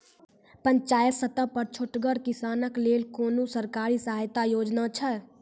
पंचायत स्तर पर छोटगर किसानक लेल कुनू सरकारी सहायता योजना छै?